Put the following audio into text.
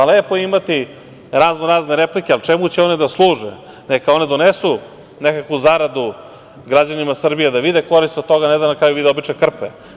Lepo je imati raznorazne replike, ali, čemu će one da služe, neka one donesu nekakvu zaradu građanima Srbije da vide korist od toga, ne da na kraju vide obične krpe.